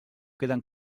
queden